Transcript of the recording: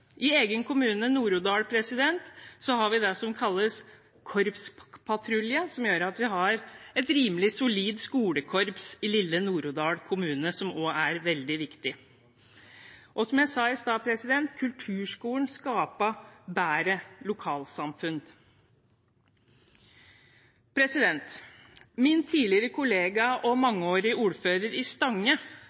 kalles «korpspatrulje», som gjør at vi har et rimelig solid skolekorps i lille Nord-Odal kommune, som også er veldig viktig. Som jeg sa i sted: Kulturskolen skaper bedre lokalsamfunn. Min tidligere kollega og mangeårige ordfører i Stange,